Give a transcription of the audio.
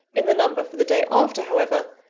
in the number for the day after, however,